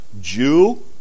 Jew